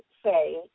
say